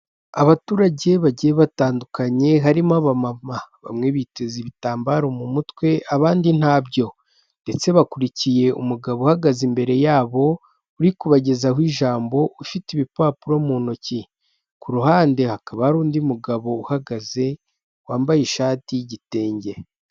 Abaturage bagiye batandukanye harimo abamama bamwe biteze ibitambaro mu mutwe abandi ntabyo ndetse bakurikiye umugabo uhagaze imbere yabo uri kubagezaho ijambo ufite ibipapuro mu ntoki, ku ruhande hakaba hari undi mugabo uhagaze wambaye ishati y'igitenge.